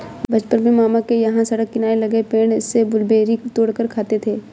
बचपन में मामा के यहां सड़क किनारे लगे पेड़ से ब्लूबेरी तोड़ कर खाते थे